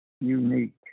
unique